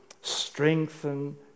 strengthen